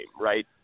right